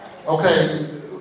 Okay